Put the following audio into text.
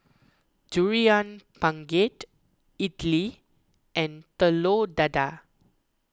Durian Pengat Idly and Telur Dadah